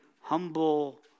humble